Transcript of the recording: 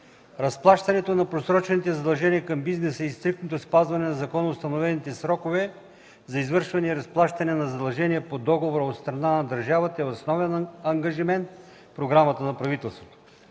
Разплащането на просрочените задължения към бизнеса и стриктното спазване на законоустановените срокове за извършване разплащане на задължения по договори от страна на държавата е основен ангажимент в програмата на правителството.